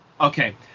Okay